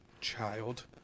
child